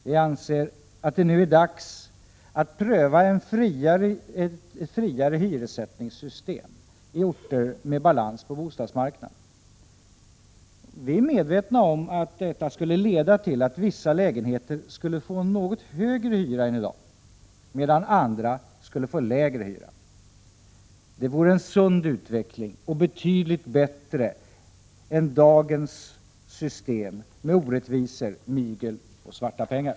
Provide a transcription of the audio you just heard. Vi anser att det nu är dags att pröva ett friare hyressättningssystem i orter med balans på bostadsmarknaden. Vi är medvetna om att detta skulle leda till att vissa lägenheter skulle få en något högre hyra än i dag, medan andra skulle få lägre hyra. Det vore en sund utveckling och betydligt bättre än dagens system med orättvisor, mygel och svarta pengar.